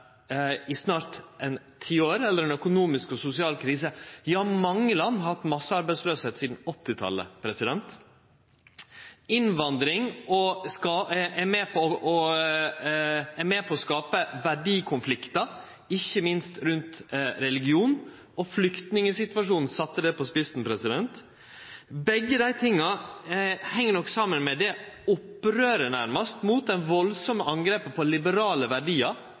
i snart ti år, eller iallfall i ei økonomisk og sosial krise, mange land har hatt massearbeidsløyse sidan 1980-talet. Innvandring er med på å skape verdikonfliktar, ikkje minst rundt religion, og flyktningsituasjonen sette det på spissen. Begge dei tinga heng nok saman med det opprøret, nærmast, mot det veldige angrepet på liberale verdiar